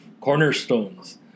cornerstones